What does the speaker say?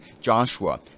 Joshua